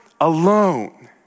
alone